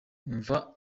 umva